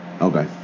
Okay